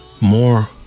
more